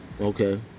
Okay